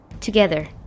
together